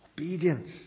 Obedience